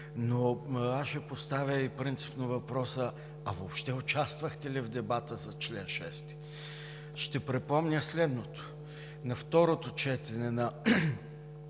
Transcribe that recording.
Но аз ще поставя принципно въпроса: а въобще участвахте ли в дебата за чл. 6? Ще припомня следното. На второто четене на